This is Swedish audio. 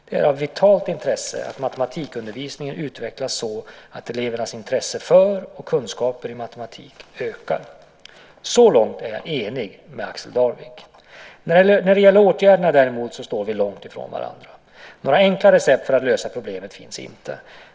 Det är av vitalt intresse att matematikundervisningen utvecklas så att elevernas intresse för och kunskaperna i matematik ökar. Så långt är jag enig med Axel Darvik. När det gäller åtgärderna däremot, står vi långt från varandra. Några enkla recept för att lösa problemen finns inte.